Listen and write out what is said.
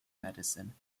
medicine